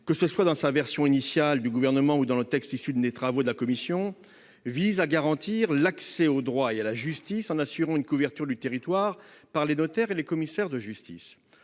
que ce soit dans la version initiale du Gouvernement ou dans le texte issu des travaux de la commission, vise à garantir l'accès au droit et à la justice, en assurant une couverture du territoire par les notaires et les commissaires de justice.